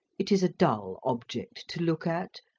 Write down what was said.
it is a dull object to look at.